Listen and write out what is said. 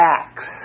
acts